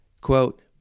Quote